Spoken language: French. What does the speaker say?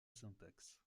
syntaxe